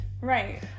Right